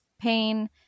pain